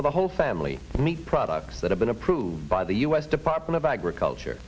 or the whole family meat products that have been approved by the u s department of agriculture